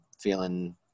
feeling